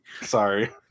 Sorry